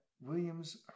Williams